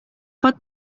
pot